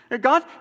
God